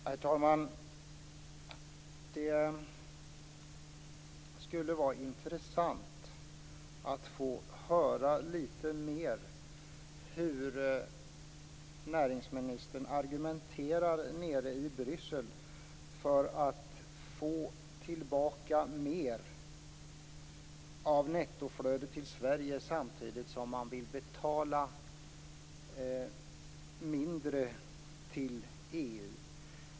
Herr talman! Det skulle vara intressant att få höra lite mer om hur näringsministern argumenterar nere i Bryssel för att få tillbaka mer av nettoflödet till Sverige samtidigt som man vill betala mindre till EU.